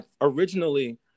originally